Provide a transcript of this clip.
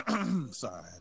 sorry